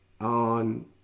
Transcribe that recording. on